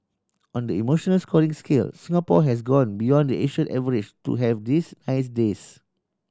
on the emotional scoring scale Singapore has gone beyond the Asian average to have these nice days